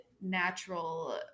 natural